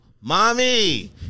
Mommy